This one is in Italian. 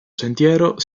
sentiero